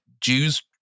Jews